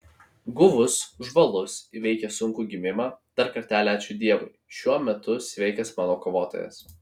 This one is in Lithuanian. guvus žvalus įveikęs sunkų gimimą dar kartelį ačiū dievui šiuo metu sveikas mano kovotojas